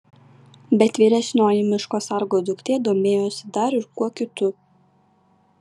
bet vyresnioji miško sargo duktė domėjosi dar ir kuo kitu